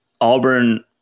Auburn